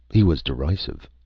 he was derisive.